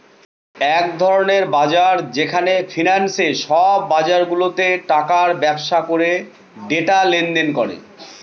এক ধরনের বাজার যেখানে ফিন্যান্সে সব বাজারগুলাতে টাকার ব্যবসা করে ডেটা লেনদেন করে